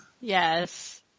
Yes